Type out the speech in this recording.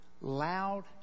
loud